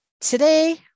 today